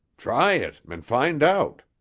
try it and find out,